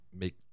make